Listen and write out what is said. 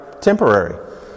temporary